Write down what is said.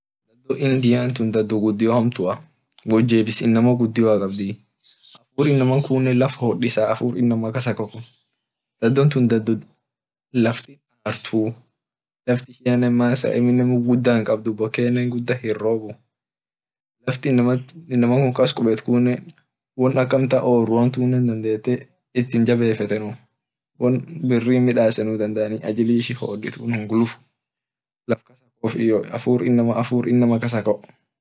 Wor indian daado gidio hamtu wo jebis inama gudio kabdii dub inama kunne laf hodisaa laf ishine masa bokenne gudda hinrobu laft amtan inama kun kas kubetinne dadete won ak orua it hinjabefetu ajili ishin hoditun hungukuf iyo hafur inama kasakoo.